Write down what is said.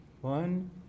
one